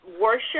worship